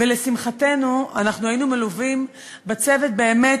ולשמחתנו אנחנו היינו מלווים בצוות באמת,